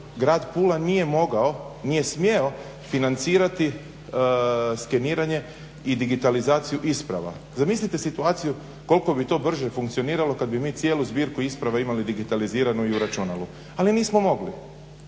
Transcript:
nije mogao, nije smjeo financirati skeniranje i digitalizaciju isprava. Zamislite situaciju koliko bi to brže funkcioniralo kad bi mi cijelu zbirku isprava imali digitaliziranu i u računalu, ali nismo mogli.